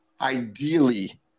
Ideally